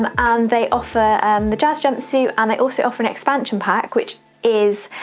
um they offer um the jazz jumpsuit and they also offer an expansion pack which is,